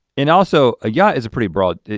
and also a yacht is a pretty broad,